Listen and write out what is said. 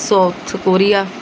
South Korea